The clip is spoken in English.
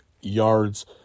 yards